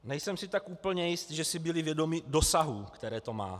Nejsem si tak úplně jistý, že si byli vědomi dosahů, které to má.